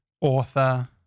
author